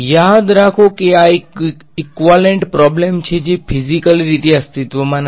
યાદ રાખો કે આ એક ઈક્વાલેંટ પ્રોબ્લેમ છે જે ફીઝીકલી રીતે અસ્તિત્વમાં નથી